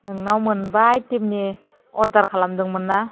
नोंनाव मोनबा आइटेमनि अर्डार खालामदोंमोन ना